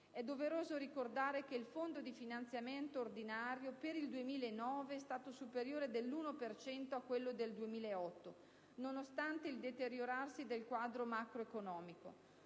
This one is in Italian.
È doveroso ricordare che il Fondo di finanziamento ordinario per il 2009 è stato superiore dell'1 per cento a quello del 2008, nonostante il deteriorarsi del quadro macroeconomico.